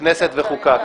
כנסת וחוקה.